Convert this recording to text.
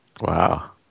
wow